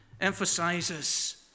emphasizes